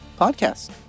podcast